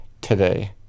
today